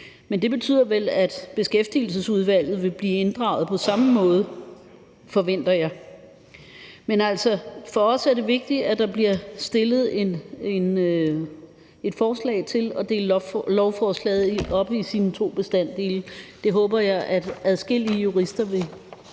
men det betyder vel, at Beskæftigelsesudvalget vil blive inddraget på samme måde, forventer jeg. Men altså, for os er det vigtigt, at der bliver stillet et forslag til at dele lovforslaget op i sine to bestanddele, og jeg håber, at adskillige jurister vil